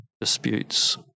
disputes